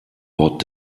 wort